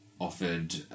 offered